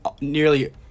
nearly